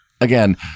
again